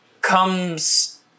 comes